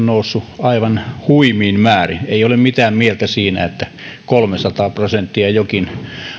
nousseet aivan huimiin määriin ei ole mitään mieltä siinä että kolmesataa prosenttia jokin